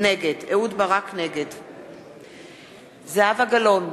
נגד זהבה גלאון,